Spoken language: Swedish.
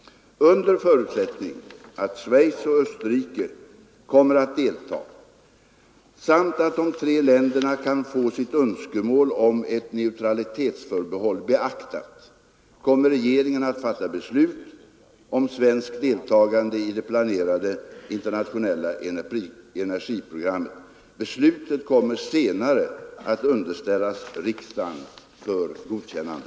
Under förutsättning att Schweiz och Österrike kommer att deltaga samt att de tre länderna kan få sitt önskemål om ett neutralitetsförbehåll beaktat, kommer regeringen att fatta beslut om svenskt deltagande i det planerade internationella energiprogrammet. Beslutet kommer senare att underställas riksdagen för godkännande.